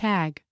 Tag